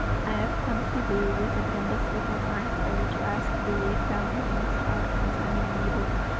i have come to thee with an embassy from arthur to ask thee if thou knowest aught concerning mabon,